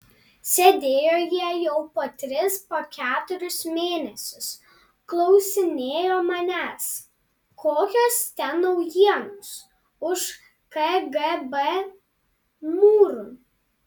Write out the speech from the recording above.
sėdėjo jie jau po tris po keturis mėnesius klausinėjo manęs kokios ten naujienos už kgb mūrų